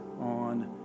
on